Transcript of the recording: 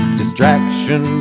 distraction